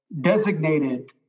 designated